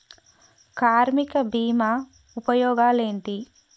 కార్మిక బీమా ఉపయోగాలేంటి?